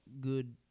good